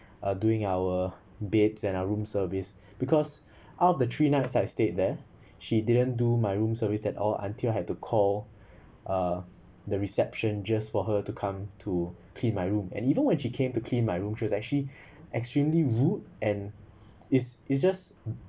uh doing our beds and our room service because out of the three nights I stayed there she didn't do my room service at all until I had to call uh the reception just for her to come to clean my room and even when she came to clean my room she's actually extremely rude and it's it's just